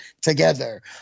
together